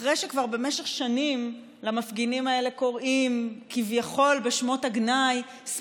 אחרי שכבר במשך שנים למפגינים האלה קוראים בשמות הגנאי כביכול